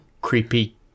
creepy